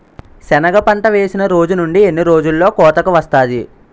సెనగ పంట వేసిన రోజు నుండి ఎన్ని రోజుల్లో కోతకు వస్తాది?